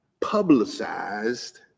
publicized